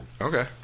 okay